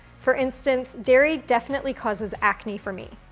for instance, dairy definitely causes acne for me.